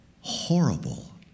horrible